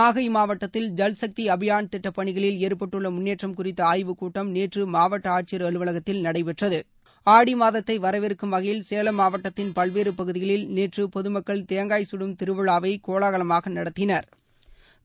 நாகை மாவட்டத்தில் ஜல் சக்தி அபியான் திட்டப் பணிகளில் ஏற்பட்டுள்ள முன்னேற்றம் குறித்த ஆய்வுக்கூட்டம் நேற்று மாவட்ட ஆட்சியர் அலுவலகத்தில் நடைபெற்றது ஆடி மாதத்தை வரவேற்கும் வகையில் சேலம் மாவட்டத்தின் பல்வேறு பகுதிகளில் நேற்று பொதுமக்கள் தேங்காய் சுடும் திருவிழாவை கோலாகலமாக நடத்தினா்